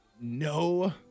no